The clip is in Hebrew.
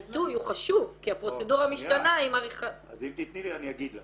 העיתוי הוא חשוב כי הפרוצדורה משתנה -- אז אם תתני לי אני אגיד לך.